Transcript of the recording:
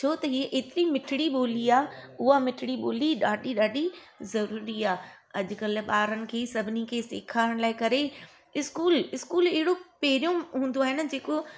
छो त हे एतिरी मिठड़ी ॿोली आहे उहा मिठड़ी ॿोली ॾाढी ॾाढी ज़रूरी आहे अॼुकल्ह ॿारनि खे सभिनी खे सेखारण लाइ करे स्कूल स्कूल अहिड़ो पहिरियों हूंदो आहे न जेको